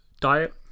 diet